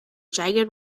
jagged